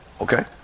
okay